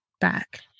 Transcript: back